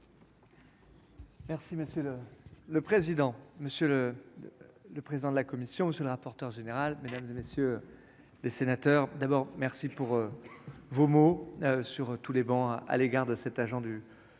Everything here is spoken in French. Merci monsieur le président, Monsieur le, le président de la commission, monsieur le rapporteur général, mesdames et messieurs les sénateurs, d'abord merci pour vos mots sur tous les bancs, à à l'égard de cet agent du